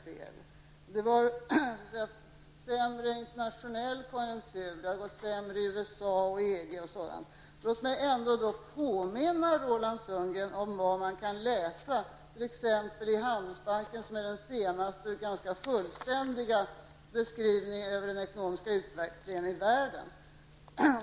Han talade om den sämre internationella konjunkturen, att det hade gått sämre i USA och EG osv. Låt mig påminna Roland Sundgren om Handelsbankens senaste och ganska fullständiga beskrivning av den ekonomiska utvecklingen i världen.